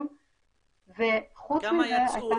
וחוץ מזה הייתה תוכנית של גיוס --- כמה יצאו,